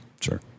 Sure